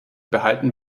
behalten